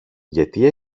γιατί